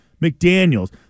McDaniels